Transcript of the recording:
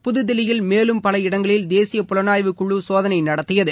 புதுதில்லியில் மேலும் பல இடங்களில் தேசிய புலனாய்வு குழு சோதனை நடத்தியது